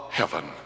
heaven